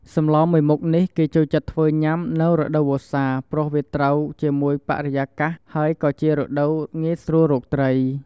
សម្លមួយមុខនេះគេចូលចិត្តធ្វើញុាំនៅរដូវវស្សា ព្រោះវាត្រូវជាមួយបរិយាកាសហើយក៏ជារដូវងាយស្រួលរកត្រី។